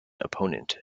opponent